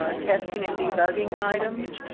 ah testing and debugging items.